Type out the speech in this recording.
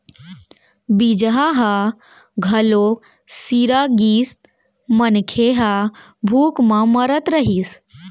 बीजहा ह घलोक सिरा गिस, मनखे ह भूख म मरत रहिस